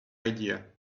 idea